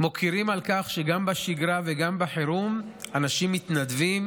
מוקירים על כך שגם בשגרה וגם בחירום אנשים מתנדבים